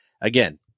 Again